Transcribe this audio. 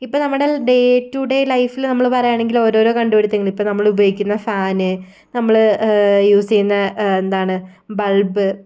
ഇപ്പം നമ്മുടെ day to day ലൈഫിൽ നമ്മൾ പറയുകയാണെങ്കിൽ ഓരോരോ കണ്ടു പിടിത്തങ്ങൾ ഇപ്പം നമ്മൾ ഉപയോഗിക്കുന്ന ഫാൻ നമ്മൾ യൂസ് ചെയ്യുന്ന എന്താണ് ബൾബ്